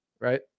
right